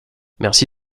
merci